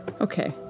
Okay